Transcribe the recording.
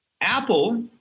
Apple